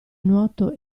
nuoto